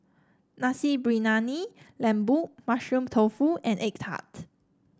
Nasi Briyani Lembu Mushroom Tofu and egg tart